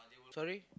sorry